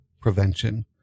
prevention